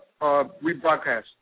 rebroadcast